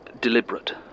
deliberate